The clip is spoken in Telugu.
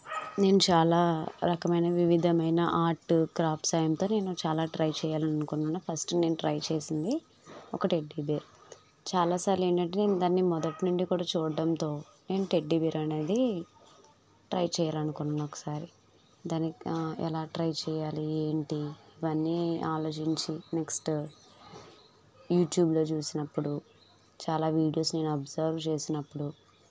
నేను చాలా రకమైన వివిధమైన ఆర్ట్ క్రాఫ్ట్ సాయంతో నేను చాలా ట్రై చెయ్యాలని అనుకున్నాను ఫస్ట్ నేను ట్రై చేసింది ఒక టెడ్డీ బేర్ చాలాసార్లు ఏంటంటే నేను దాన్ని మొదటి నుండి కూడా చూడడంతో నేను టెడ్డి బేర్ అనేది ట్రై చెయ్యాలనుకున్నా ఒకసారి దానికి ఎలా ట్రై చెయ్యాలి ఏంటి ఇవన్నీ ఆలోచించి నెక్స్ట్ యూట్యూబ్లో చూసినప్పుడు చాలా వీడియోస్ నేను అబ్సర్వ్ చేసినప్పుడు